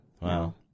Wow